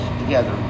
together